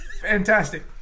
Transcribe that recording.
Fantastic